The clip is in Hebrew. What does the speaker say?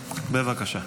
בבקשה.